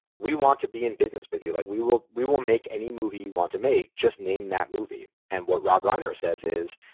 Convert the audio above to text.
we want to be in business with you. like we will will make any movie you want to make. just name that movie. and what rob reiner says is,